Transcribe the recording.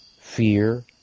fear